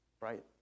right